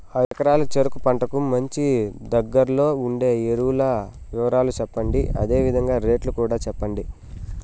ఐదు ఎకరాల చెరుకు పంటకు మంచి, దగ్గర్లో ఉండే ఎరువుల వివరాలు చెప్పండి? అదే విధంగా రేట్లు కూడా చెప్పండి?